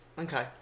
Okay